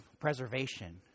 preservation